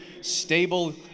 stable